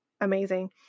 amazing